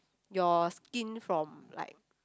your skin from like